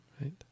right